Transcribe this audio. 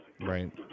Right